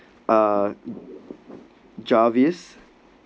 uh jarvis